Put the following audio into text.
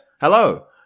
hello